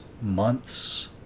months